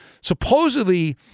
Supposedly